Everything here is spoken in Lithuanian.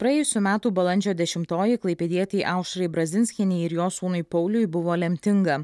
praėjusių metų balandžio dešimtoji klaipėdietei aušrai brazinskienei ir jos sūnui pauliui buvo lemtinga